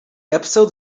episode